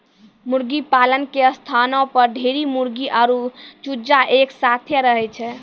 मुर्गीपालन के स्थानो पर ढेरी मुर्गी आरु चूजा एक साथै रहै छै